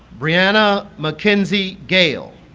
breanna mackenzie gayle